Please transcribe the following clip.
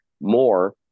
more